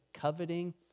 coveting